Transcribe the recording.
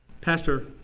Pastor